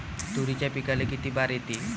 तुरीच्या पिकाले किती बार येते?